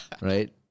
right